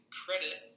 credit